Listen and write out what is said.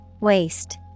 Waste